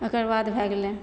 ओकरबाद भए गेलै